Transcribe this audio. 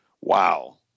wow